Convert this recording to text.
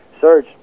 search